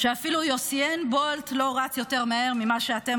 אפילו יוסיין בולט לא רץ יותר מהר ממה שאתם